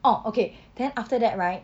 orh okay then after that right